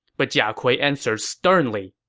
but jia kui answered sternly,